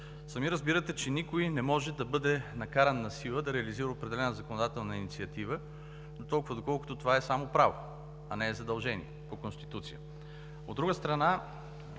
Сами разбирате, че никой не може да бъде накаран насила да реализира определена законодателна инициатива, доколкото това е само право, а не е задължение по Конституция. От друга страна,